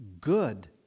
good